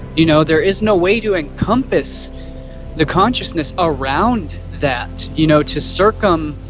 you know? there is no way to encompass the consciousness around that. you know to circum.